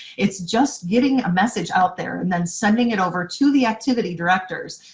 it's just getting a message out there and then sending it over to the activity directors.